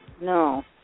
No